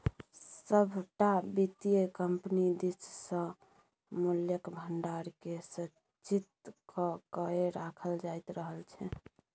सभटा वित्तीय कम्पनी दिससँ मूल्यक भंडारकेँ संचित क कए राखल जाइत रहल छै